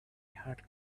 had